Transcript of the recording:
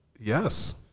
yes